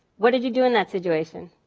what did you do in that situation?